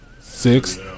six